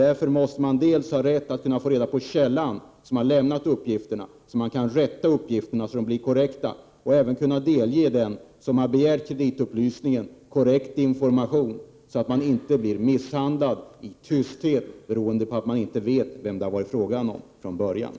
Därför måste man dels ha rätt att få reda på källan till uppgifterna, så att man kan rätta dem och se till att de blir korrekta, dels ha möjlighet att ge den som har begärt kreditupplysningen korrekt information, så att man inte blir misshandlad i tysthet, beroende på att man inte vet vem som från början har begärt uppgifterna.